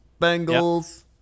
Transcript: Bengals